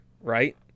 Right